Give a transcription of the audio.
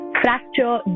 fracture